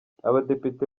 abadepite